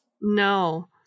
No